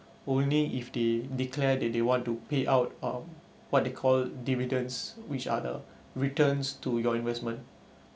only if they declared that they want to pay out um what they call dividends which are the returns to your investment